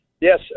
Yes